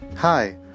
Hi